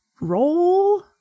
Roll